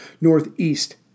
northeast